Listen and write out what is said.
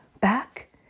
back